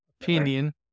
opinion